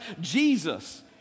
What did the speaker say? Jesus